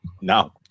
No